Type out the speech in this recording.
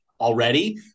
already